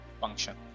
function